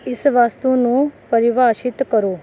ਇਸ ਵਸਤੂ ਨੂੰ ਪਰਿਭਾਸ਼ਿਤ ਕਰੋ